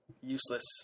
useless